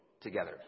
together